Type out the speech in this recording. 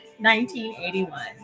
1981